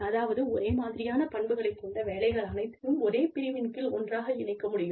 அதாவது ஒரே மாதிரியான பண்புகளைக் கொண்ட வேலைகள் அனைத்தையும் ஒரே பிரிவின் கீழ் ஒன்றாக இணைக்க முடியும்